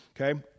Okay